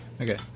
Okay